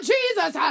Jesus